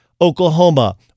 Oklahoma